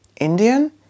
Indian